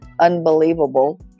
unbelievable